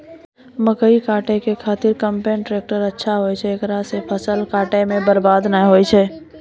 मकई काटै के खातिर कम्पेन टेकटर अच्छा होय छै ऐकरा से फसल काटै मे बरवाद नैय होय छै?